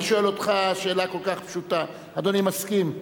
אני שואל אותך שאלה כל כך פשוטה: אדוני מסכים?